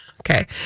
Okay